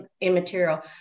immaterial